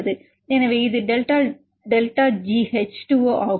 எனவே இது delta delta G H 2 O ஆகும்